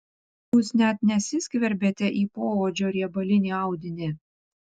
jūs net nesiskverbėte į poodžio riebalinį audinį